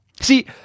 See